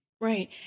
Right